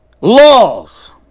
laws